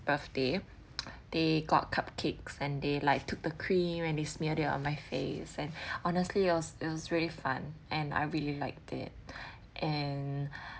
birthday they got cupcakes and they like took the cream and they smear that on my face and honestly it was it was really fun and I really liked it and